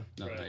Right